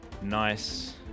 Nice